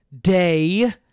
day